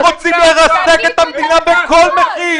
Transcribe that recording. --- אתם רוצים לרסק את המדינה בכל מחיר,